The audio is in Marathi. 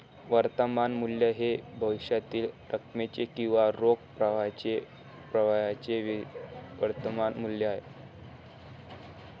वर्तमान मूल्य हे भविष्यातील रकमेचे किंवा रोख प्रवाहाच्या प्रवाहाचे वर्तमान मूल्य आहे